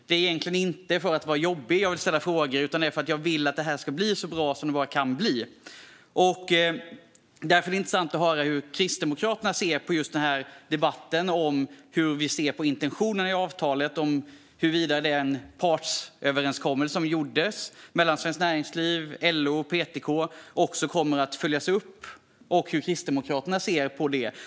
Det är egentligen inte för att vara jobbig som jag vill ställa frågor, utan det är för att jag vill att detta ska bli så bra det bara kan bli. Det är därför intressant att höra hur Kristdemokraterna ser på debatten om hur vi ser på intentionerna i avtalet - om den partsöverenskommelse som ingicks mellan Svenskt Näringsliv, LO och PTK också kommer att följas upp och hur Kristdemokraterna ser på detta.